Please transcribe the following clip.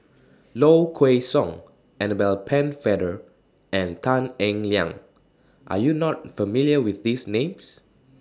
Low Kway Song Annabel Pennefather and Tan Eng Liang Are YOU not familiar with These Names